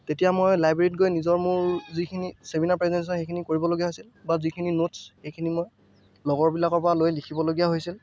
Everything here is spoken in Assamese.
তেতিয়া মই লাইব্ৰেৰীত গৈ নিজৰ মোৰ যিখিনি চেমিনাৰ প্ৰেজেন্টেচন সেইখিনি কৰিবলগীয়া হৈছিলে বা যিখিনি নোটছ সেইখিনি মই লগৰবিলাকৰ পৰা লৈ লিখিবলগীয়া হৈছিল